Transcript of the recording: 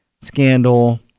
scandal